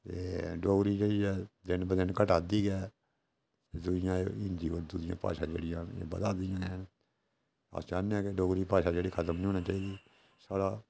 ते डोगरी जेह्ड़ी ऐ दिन ब दिन घटै दी ऐ दूइयां भाशां न जेह्ड़ियां ओह् बधा दियां हैन अस चाह्नें आं कि डोगरी भाशा जेह्ड़ी ओह् खतम निं होना चाहिदी साढ़ा